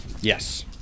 Yes